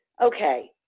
Okay